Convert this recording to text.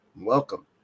Welcome